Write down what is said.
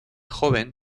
joven